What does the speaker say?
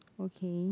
okay